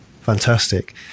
fantastic